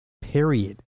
Period